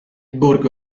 borgo